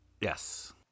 Yes